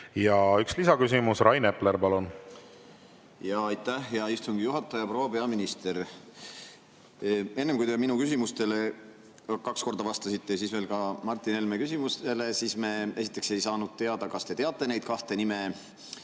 Ja üks lisaküsimus. Rain Epler, palun! Aitäh, hea istungi juhataja! Proua peaminister! Enne, kui te minu küsimustele kaks korda vastasite ja veel ka Martin Helme küsimustele, siis me esiteks ei saanud teada, kas te teate nende kahe [inimese]